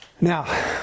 Now